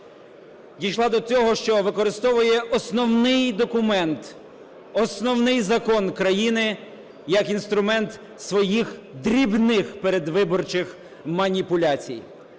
дійшла до цього, що використовує основний документ, Основний Закон країни як інструмент своїх дрібних передвиборчих маніпуляцій.